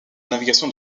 navigation